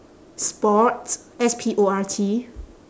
sports S P O R T